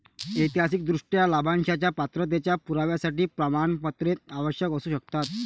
ऐतिहासिकदृष्ट्या, लाभांशाच्या पात्रतेच्या पुराव्यासाठी प्रमाणपत्रे आवश्यक असू शकतात